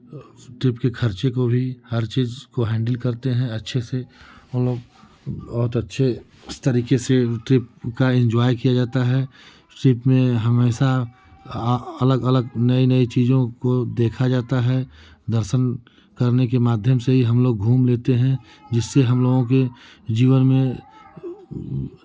trip के खर्चे को भी हर चीज़ को हैंडिल करते है अच्छे से उनलोग बहुत अच्छी तरीके से ट्रिप का इन्जॉय किया जाता है ट्रिप में हमेशा अलग अलग नए नए चीज़ों को देखा जाता है दर्शन करने के माध्यम से हमलोग घूम लेते हैं जिससे हमलोगों के जीवन में